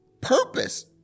purpose